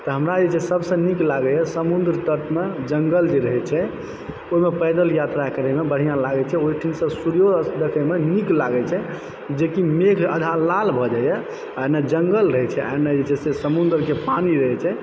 तऽ हमरा जे छै से सभसँ नीक लागैए समुन्द्र तटमे जंगल जे रहय छै ओहिमे पैदल यात्रा करयमे बढ़िआँ लागै छै ओहिठिनसँ सूर्योऽस्त देखयमे नीक लागैत छै जेकि मेघ अधा लाल भऽ जाइए एने जंगल रहै छै एने जे छै से समुन्द्रके जे पानी रहै छै